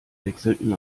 wechselten